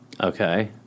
Okay